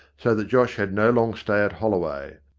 so that josh had no long stay at holloway,